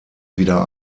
wieder